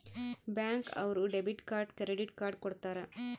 bank ಅವ್ರು debit card credit card ಕೊಡ್ತಾರ